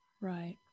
Right